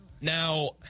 Now